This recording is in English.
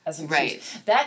Right